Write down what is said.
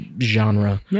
genre